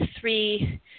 three